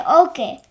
okay